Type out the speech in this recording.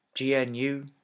GNU